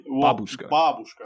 Babushka